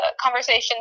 conversation